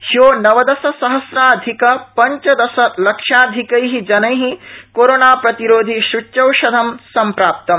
ह्यो नवदशसहम्राधिक पंचदशलक्षाधिकै जनै कोरोना प्रतिरोधि सूच्यौषधं सम्प्राप्तम्